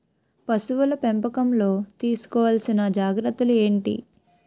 పశువుల పెంపకంలో తీసుకోవల్సిన జాగ్రత్తలు ఏంటి?